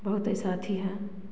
बहुत ऐसा अथि हैं